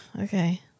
okay